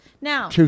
Now